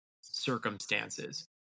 circumstances